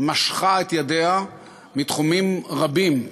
משכה את ידיה מתחומים רבים,